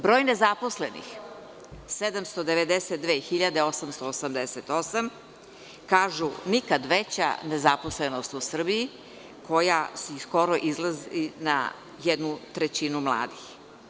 Broj nezaposlenih – 792.888, kažu, nikada veća nezaposlenost u Srbiji, koja skoro izlazi na jednu trećinu mladih.